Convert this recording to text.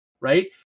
right